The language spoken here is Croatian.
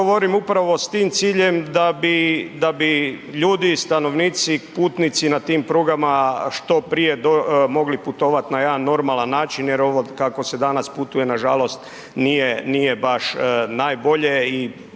ciljem da bi ljudi, stanovnici, putnici na tim prugama što prije mogli putovati na jedan normalan način jer ovo kako se danas putuje nažalost nije baš najbolje i velika